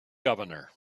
governor